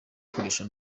gukoresha